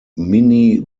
minnie